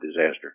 disaster